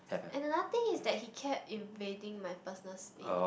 and another thing is that he kept invading my personal space